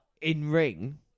in-ring